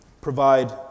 provide